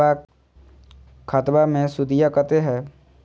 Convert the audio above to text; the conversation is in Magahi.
खतबा मे सुदीया कते हय?